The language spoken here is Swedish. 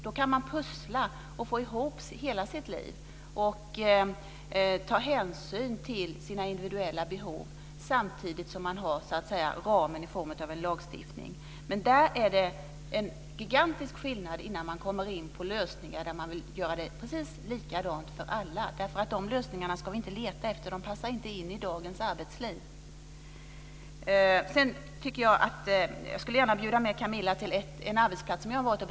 Då kan man pussla och få ihop hela sitt liv med hänsyn till sina individuella behov samtidigt som man har ramen i form av en lagstiftning. Det finns en gigantisk skillnad här innan man kommer in på lösningar där man vill göra det precis likadant för alla. De lösningarna ska vi inte leta efter. De passar inte in i dagens arbetsliv. Jag skulle gärna bjuda med Camilla till en arbetsplats som jag har besökt.